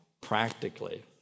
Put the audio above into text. practically